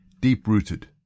deep-rooted